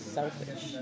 selfish